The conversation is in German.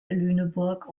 lüneburg